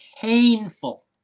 Painful